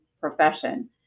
profession